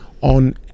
on